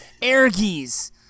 Ergies